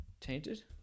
tainted